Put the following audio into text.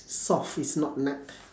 soft it's not nut